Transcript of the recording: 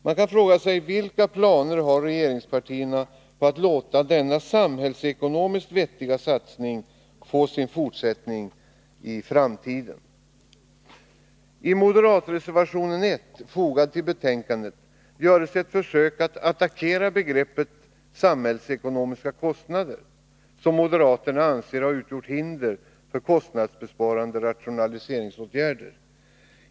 Man kan fråga sig: Vilka planer har regeringspartierna på att låta denna samhällsekonomiskt vettiga satsning få sin fortsättning i framtiden? I moderatreservationen nr 1, fogad till betänkandet, görs ett försök att attackera begreppet ”samhällsekonomiska kostnader”, som moderaterna anser har utgjort ett hinder för kostnadsbesparande rationaliseringsåtgärder.